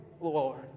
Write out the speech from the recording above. Lord